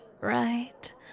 right